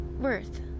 Worth